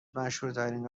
مشهورترین